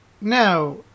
Now